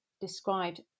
described